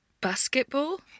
Basketball